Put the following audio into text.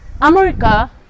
america